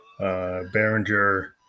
Behringer